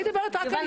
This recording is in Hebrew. אני מדברת רק על